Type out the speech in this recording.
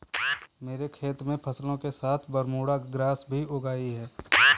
मेरे खेत में फसलों के साथ बरमूडा ग्रास भी उग आई हैं